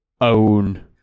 own